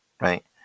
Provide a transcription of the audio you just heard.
right